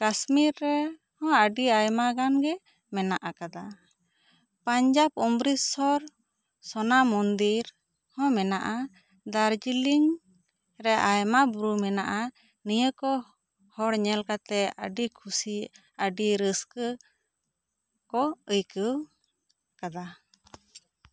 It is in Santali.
ᱠᱟᱥᱢᱤᱨ ᱨᱮᱦᱚᱸ ᱟᱹᱰᱤ ᱟᱭᱢᱟ ᱜᱟᱱ ᱜᱮ ᱢᱮᱱᱟᱜ ᱟᱠᱟᱫᱟ ᱯᱟᱱᱡᱟᱵ ᱚᱢᱨᱤᱛᱥᱚᱨ ᱥᱚᱱᱟ ᱢᱚᱱᱫᱤᱨ ᱦᱚᱸ ᱢᱮᱱᱟᱜᱼᱟ ᱫᱟᱨᱡᱤᱞᱤᱝ ᱨᱮ ᱟᱭᱢᱟ ᱵᱩᱨᱩ ᱢᱮᱱᱟᱜᱼᱟ ᱱᱤᱭᱟᱹ ᱠᱚ ᱦᱚᱲ ᱧᱮᱞ ᱠᱟᱛᱮᱜ ᱟᱹᱰᱤ ᱠᱩᱥᱤ ᱟᱹᱰᱤ ᱨᱟᱹᱥᱠᱟᱹ ᱠᱚ ᱟᱹᱭᱠᱟᱹᱣ ᱟᱠᱟᱫᱟ